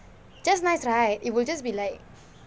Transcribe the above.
just nice right it will just be like